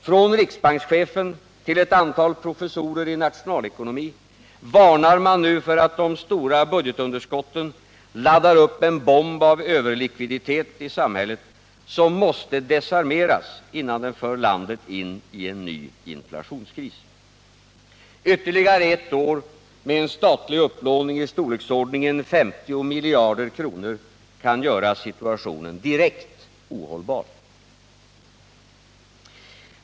Från riksbankschefen till ett antal professorer i nationalekonomi varnar man nu för att de stora budgetunderskotten laddar upp en bomb av överlikviditet i samhället, som måste desarmeras innan den för landet in i en ny inflationskris. Ytterligare ett år med en statlig upplåning i storleksordningen 50 miljarder kronor kan göra situationen direkt ohållbar.